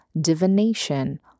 divination